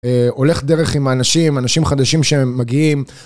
הולך דרך עם האנשים, אנשים חדשים שהם מגיעים.